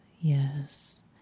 yes